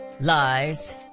lies